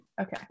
Okay